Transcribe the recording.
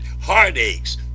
heartaches